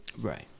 Right